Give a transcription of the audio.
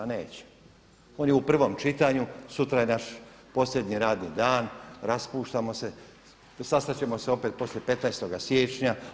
Neće, on je u prvom čitanju, sutra je naš posljednji radni dan, raspuštamo se, sastati ćemo se opet poslije 15.-oga siječnja.